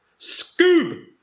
Scoob